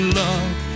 love